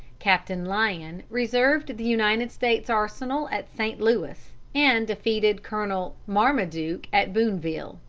captain lyon reserved the united states arsenal at st. louis, and defeated colonel marmaduke at booneville.